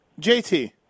JT